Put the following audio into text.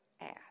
ass